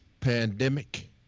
pandemic